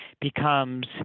becomes